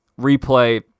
replay